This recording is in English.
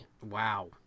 Wow